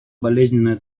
болезненная